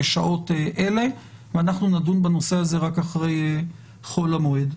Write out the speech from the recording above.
בשעות אלה ואנחנו נדון בנושא הזה רק אחרי חול המועד.